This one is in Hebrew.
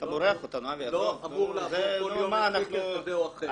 לא אמור לעבור כל יום לסקר כזה או אחר.